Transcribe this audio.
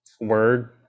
word